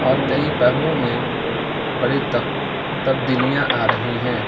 اور کئی پہلوؤں میں بڑی تبدیلیاں آ رہی ہیں